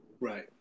Right